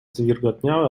zwilgotniałe